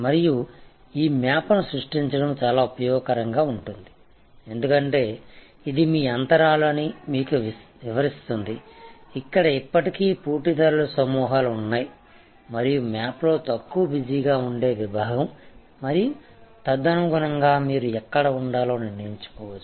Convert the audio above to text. మరియు ఈ మ్యాప్ను సృష్టించడం చాలా ఉపయోగకరంగా ఉంటుంది ఎందుకంటే ఇది మీ అంతరాలు అని మీకు వివరిస్తుంది ఇక్కడ ఇప్పటికే పోటీదారుల సమూహాలు ఉన్నాయి మరియు మ్యాప్లో తక్కువ బిజీగా ఉండే విభాగం మరియు తదనుగుణంగా మీరు ఎక్కడ ఉండాలో నిర్ణయించుకోవచ్చు